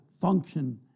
function